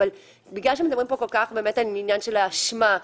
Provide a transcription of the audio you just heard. אבל בגלל שמדברים פה על העניין של האשמה,